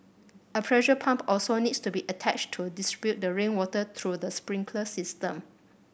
a pressure pump also needs to be attached to distribute the rainwater through the sprinkler system